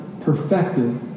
perfected